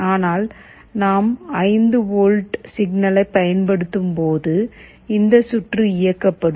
ஆனால் நாம் 5 வோல்ட் சிக்னலை பயன்படுத்தும் போது இந்த சுற்று இயக்கப்படும்